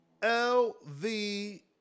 LV